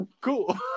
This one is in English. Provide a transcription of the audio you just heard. cool